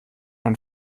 man